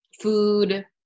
food